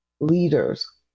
leaders